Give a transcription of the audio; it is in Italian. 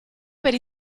per